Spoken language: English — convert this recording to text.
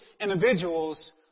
individuals